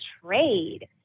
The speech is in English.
trade